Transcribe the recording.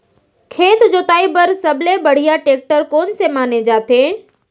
खेत जोताई बर सबले बढ़िया टेकटर कोन से माने जाथे?